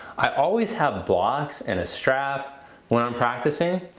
i always have blocks and a strap when i'm practicing,